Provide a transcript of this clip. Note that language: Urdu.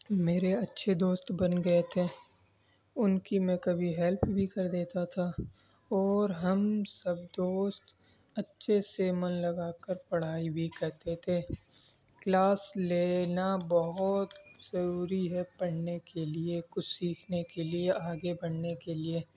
میرے اچھے دوست بن گئے تھے ان کی میں کبھی ہیلپ بھی کر دیتا تھا اور ہم سب دوست اچھے سے من لگا کر پڑھائی بھی کرتے تھے کلاس لینا بہت ضروری ہے پڑھنے کے لیے کچھ سیکھنے کے لیے آگے بڑھنے کے لیے